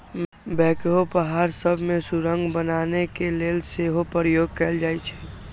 backhoe पहाड़ सभ में सुरंग बनाने के लेल सेहो प्रयोग कएल जाइ छइ